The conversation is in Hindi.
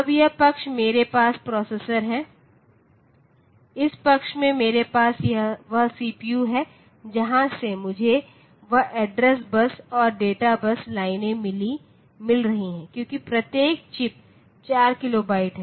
अब यह पक्ष मेरे पास प्रोसेसर है इस पक्ष में मेरे पास वह सीपीयू है जहां से मुझे वह एड्रेस बस और डेटा बस लाइनें मिल रही हैं क्योंकि प्रत्येक चिप 4 किलोबाइट है